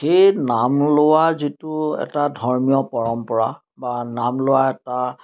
সেই নাম লোৱা যিটো এটা ধৰ্মীয় পৰম্পৰা বা নাম লোৱা এটা